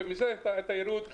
במשרד התיירות,